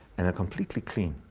and a completely clean.